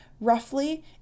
roughly